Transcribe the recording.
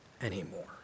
anymore